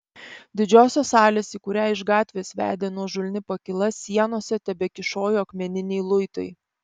didžiosios salės į kurią iš gatvės vedė nuožulni pakyla sienose tebekyšojo akmeniniai luitai